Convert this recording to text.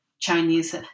Chinese